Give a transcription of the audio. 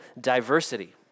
diversity